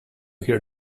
hear